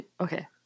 Okay